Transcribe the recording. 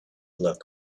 luck